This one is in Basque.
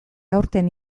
aurten